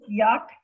yuck